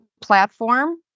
platform